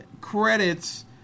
credits